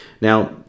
Now